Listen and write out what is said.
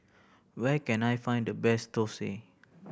where can I find the best thosai